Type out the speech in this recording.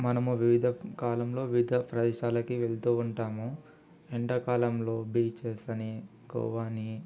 మనము వివిధ కాలంలో వివిధ ప్రదేశాలకి వెళ్తూ ఉంటాము ఎండాకాలంలో బీచెస్ అనీ గోవా అనీ